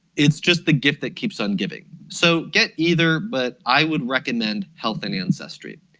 it's just the gift that keeps on giving. so get either, but i would recommend health and ancestry.